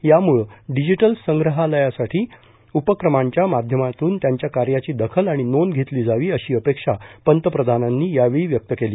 त्यामुळं डिजिटल संग्रहालयासाठी उपक्रमांच्या माध्यमातून त्यांच्या कार्याची दखल आणि नोंद घेतली जावी अशी अपेक्षा पंतप्रधानांनी यावेळी व्यक्त केली